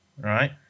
right